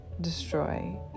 destroy